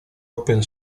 open